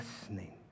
listening